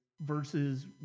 versus